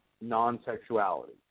non-sexuality